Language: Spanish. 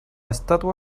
estatua